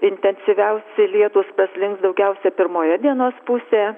intensyviausi lietūs praslinks daugiausia pirmoje dienos pusėje